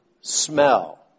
smell